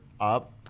up